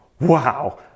wow